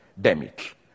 damage